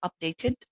updated